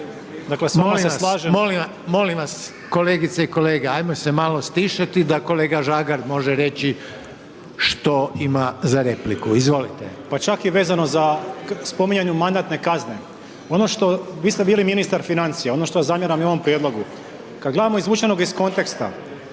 molim vas kolegice i kolege ajmo se malo stišati da kolega Žagar može reći što ima za repliku, izvolite/…pa čak i vezano za spominjanju mandatne kazne. Ono što, vi ste bili ministar financija, ono što zamjeram i ovom prijedlogu, kad gledamo izvučenog iz konteksta